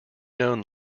known